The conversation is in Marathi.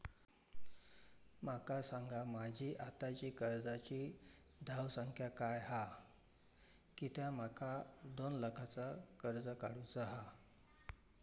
माका सांगा माझी आत्ताची कर्जाची धावसंख्या काय हा कित्या माका दोन लाखाचा कर्ज काढू चा हा?